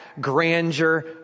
grandeur